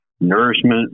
nourishment